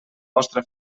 vostra